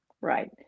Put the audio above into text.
Right